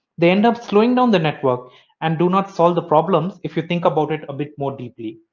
they end up slowing down the network and do not solve the problems if you think about it a bit more deeply.